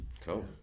cool